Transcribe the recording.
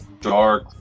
Dark